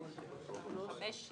הרביזיה (11)